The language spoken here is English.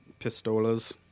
pistolas